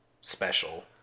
special